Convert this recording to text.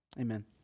Amen